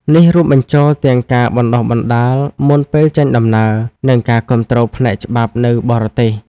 នេះរួមបញ្ចូលទាំងការបណ្តុះបណ្តាលមុនពេលចេញដំណើរ និងការគាំទ្រផ្នែកច្បាប់នៅបរទេស។